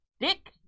Dick